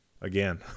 Again